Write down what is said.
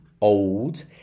old